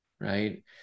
right